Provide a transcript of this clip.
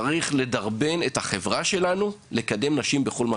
צריך לדרבן את החברה שלנו על מנת לקדם נשים בכל מקום.